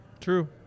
True